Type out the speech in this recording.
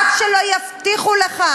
עד שלא יבטיחו לך